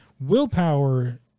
willpower